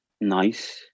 nice